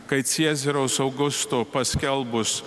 kai ciezoriaus augusto paskelbus